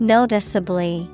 Noticeably